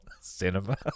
cinema